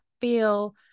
feel